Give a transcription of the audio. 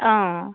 অ